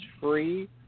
free